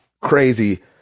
crazy